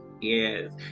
Yes